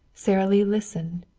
sara lee listened.